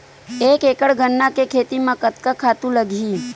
एक एकड़ गन्ना के खेती म कतका खातु लगही?